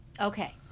Okay